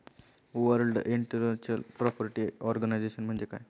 World intellectual property organisation म्हणजे काय?